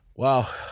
Wow